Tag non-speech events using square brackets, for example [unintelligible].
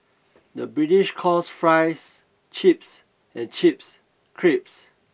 the British calls fries chips and chips [unintelligible]